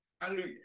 Hallelujah